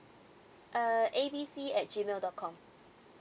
uh A B C at Gmail dot com